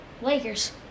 Lakers